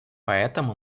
поэтому